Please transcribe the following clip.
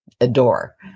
adore